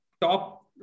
top